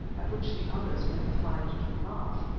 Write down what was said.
at which the others were inclined to laugh,